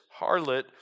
harlot